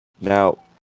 Now